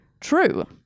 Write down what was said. true